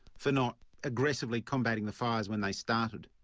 for not aggressively combating the fires when they started.